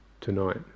tonight